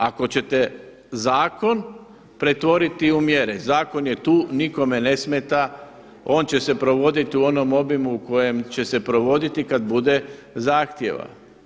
Ako ćete zakon pretvoriti u mjere, zakon je tu, nikome ne smeta, on će se provoditi u onom obimu u kojem će se provoditi kada bude zahtjeva.